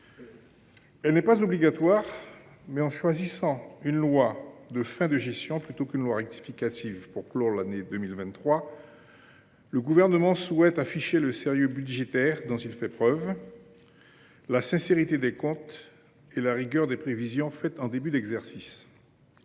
n’est pas obligatoire, mais en choisissant celui ci plutôt qu’un projet de loi de finances rectificative pour clore l’année 2023, le Gouvernement souhaite afficher le sérieux budgétaire dont il fait preuve, la sincérité des comptes et la rigueur des prévisions faites en début d’exercice.